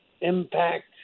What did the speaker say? impact